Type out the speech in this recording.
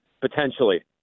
potentially